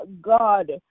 God